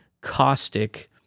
caustic